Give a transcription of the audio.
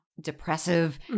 depressive